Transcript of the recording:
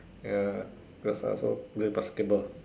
ya cause I also play basketball